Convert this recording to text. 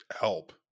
help